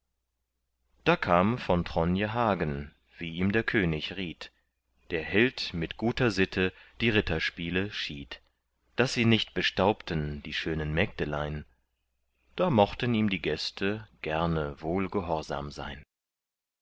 da kam von tronje hagen wie ihm der könig riet der held mit guter sitte die ritterspiele schied daß sie nicht bestaubten die schönen mägdelein da mochten ihm die gäste gerne wohl gehorsam sein